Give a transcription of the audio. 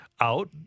out